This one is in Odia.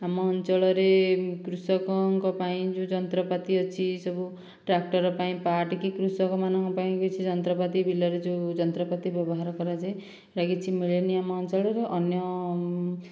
ଆମ ଅଞ୍ଚଳରେ କୃଷକଙ୍କ ପାଇଁ ଯେଉଁ ଯନ୍ତ୍ରପାତି ଅଛି ସଵୁ ଟ୍ରାକ୍ଟର ପାଇଁ ପାର୍ଟ କି କୃଷକ ମାନଙ୍କ ପାଇଁ କିଛି ଯନ୍ତ୍ରପାତି ବିଲରେ ଯେଉଁ ଯନ୍ତ୍ରପାତି ବ୍ୟବହାର କରାଯାଏ ସେରା କିଛି ମିଳେନି ଆମ ଅଞ୍ଚଳରେ ଅନ୍ୟ